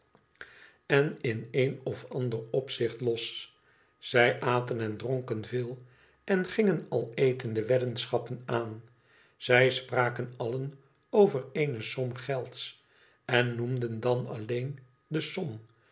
en in een of ander opzicht bs zij aten en dronken veel en gingen al etende weddenschappen aan zij spraken allen over eene som gelds en noemden dan alleen de som